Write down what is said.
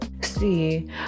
See